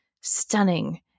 stunning